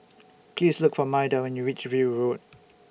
Please Look For Maida when YOU REACH View Road